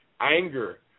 Anger